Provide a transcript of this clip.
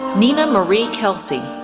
nina marie kelsey,